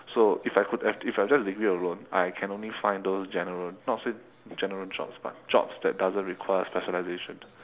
so if I could have if I have just degree alone I can only find those general not say general jobs but jobs that doesn't require specialization